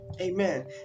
Amen